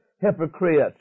hypocrites